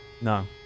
No